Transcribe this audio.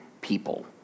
people